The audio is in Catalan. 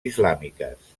islàmiques